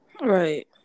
Right